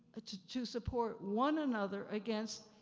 ah to, to support one another against,